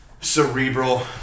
cerebral